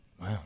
Wow